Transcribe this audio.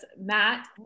Matt